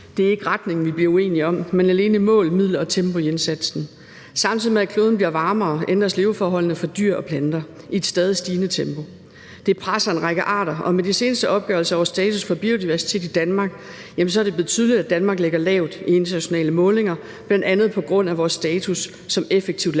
Det er ikke retningen, vi bliver uenige om, men alene mål, midler og tempo i indsatsen. Samtidig med at kloden bliver varmere, ændres leveforholdene for dyr og planter i et stadig stigende tempo. Det presser en række arter, og med den seneste opgørelse over status for biodiversitet i Danmark er det blevet tydeligt, at Danmark ligger lavt i internationale målinger bl.a. på grund af vores status som et effektivt